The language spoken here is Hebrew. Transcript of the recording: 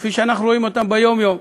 כפי שאנחנו רואים אותם ביום-יום.